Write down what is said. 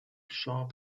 sharp